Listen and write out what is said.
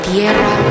Tierra